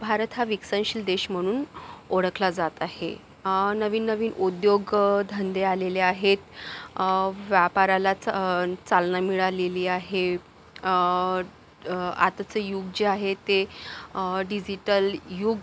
भारत हा विकसनशील देश म्हणून ओळखला जात आहे नवीन नवीन उद्योग धंदे आलेले आहेत व्यापारालाच च चालना मिळालेली आहे आताचं युग जे आहे ते डिजिटल युग